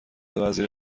وزیر